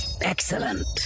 Excellent